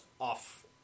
off